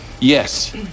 Yes